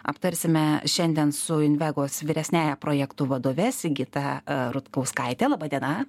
aptarsime šiandien su invekos vyresniąja projektų vadove sigita rutkauskaite laba diena